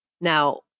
Now